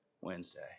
Wednesday